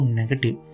negative